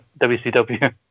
WCW